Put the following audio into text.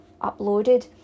uploaded